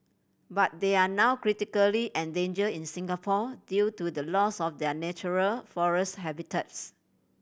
but they are now critically endanger in Singapore due to the loss of their natural forest habitats